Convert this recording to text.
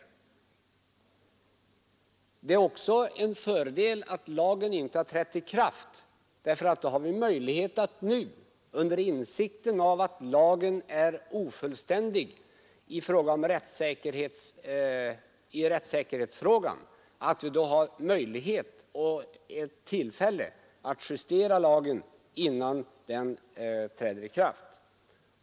Likaså är det en fördel att lagen ännu inte har Torsdagen den trätt i kraft, ty med insikt om att lagen i rättssäkerhetshänseende är 1 mars 1973 ofullständig har vi nu möjligheter och tillfälle att justera lagen innan den ———— träder i kraft.